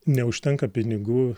neužtenka pinigų